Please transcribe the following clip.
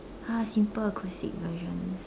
ah simple acoustic version